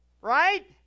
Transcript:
Right